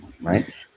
right